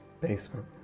Basement